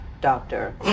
Doctor